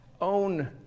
own